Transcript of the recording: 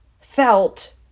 felt